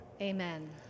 Amen